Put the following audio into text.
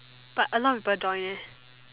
but a lot people joined eh